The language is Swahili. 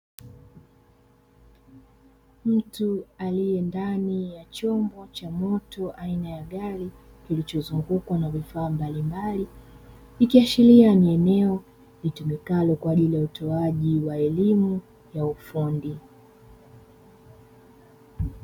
Mtu aliye ndani ya chombo cha moto aina ya gari kilichozungukwa na vifaa mbalimbali ikiashiria ni eneo litumikalo kwa ajili ya utoaji wa elimu ya ufundi.